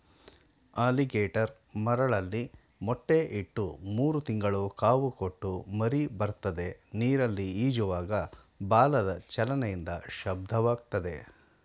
alligator ಮರಳಲ್ಲಿ ಮೊಟ್ಟೆ ಇಟ್ಟು ಮೂರು ತಿಂಗಳು ಕಾವು ಕೊಟ್ಟು ಮರಿಬರ್ತದೆ ನೀರಲ್ಲಿ ಈಜುವಾಗ ಬಾಲದ ಚಲನೆಯಿಂದ ಶಬ್ದವಾಗ್ತದೆ